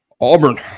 Auburn